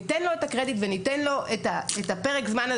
ניתן לו את הקרדיט וניתן לו את פרק הזמן הזה